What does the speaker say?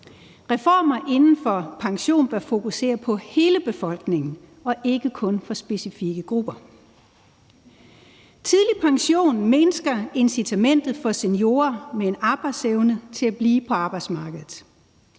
Reformer inden for pension bør fokusere på hele befolkningen og ikke kun på specifikke grupper. Tidlig pension mindsker incitamentet for seniorer med en arbejdsevne til at blive på arbejdsmarkedet,